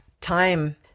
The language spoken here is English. time